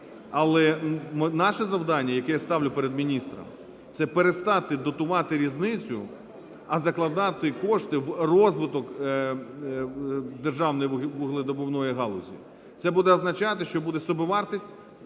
Але наше завдання, яке я ставлю перед міністрами, – це перестати дотувати різницю, а закладати кошти в розвиток державної вугледобувної галузі. Це буде означати, що буде собівартість